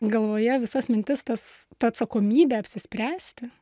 galvoje visas mintis tas ta atsakomybė apsispręsti